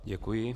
Děkuji.